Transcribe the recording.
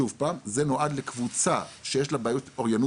זה נועד לקבוצה שיש לה בעיות של אוריינות